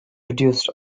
produce